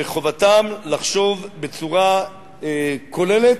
שחובתם לחשוב בצורה כוללת,